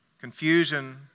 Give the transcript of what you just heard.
Confusion